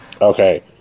Okay